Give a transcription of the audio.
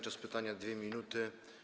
Czas pytania - 2 minuty.